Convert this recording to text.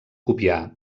copiar